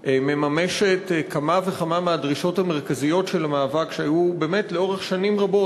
מממשת כמה וכמה מהדרישות המרכזיות של המאבק שהיו לאורך שנים רבות,